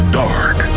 dark